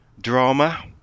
drama